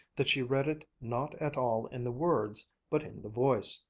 that she read it not at all in the words, but in the voice,